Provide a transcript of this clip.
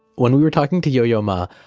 when we were talking to yo yo ma,